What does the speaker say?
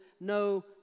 no